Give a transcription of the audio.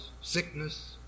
sickness